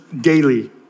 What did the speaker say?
daily